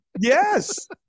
Yes